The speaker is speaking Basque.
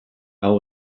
hau